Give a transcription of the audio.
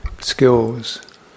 skills